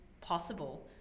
possible